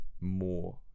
more